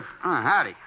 howdy